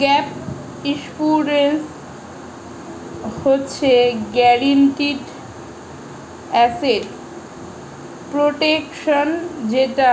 gap insurance হচ্ছে guaranteed asset protection যেটা